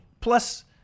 Plus